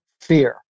fear